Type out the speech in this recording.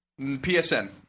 PSN